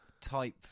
type